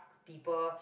people